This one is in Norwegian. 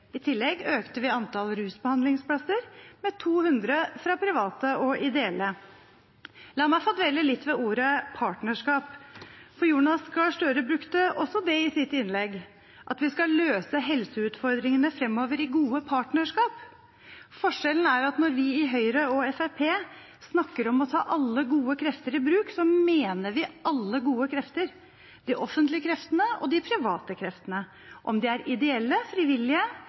I tillegg økte vi antall rusbehandlingsplasser med 200 fra private og ideelle. La meg få dvele litt ved ordet «partnerskap», for Jonas Gahr Støre brukte også det i sitt innlegg, at vi skal løse helseutfordringene framover i gode partnerskap. Forskjellen er at når vi i Høyre og Fremskrittspartiet snakker om å ta alle gode krefter i bruk, så mener vi alle gode krefter – de offentlige kreftene og de private kreftene, om de er ideelle, frivillige,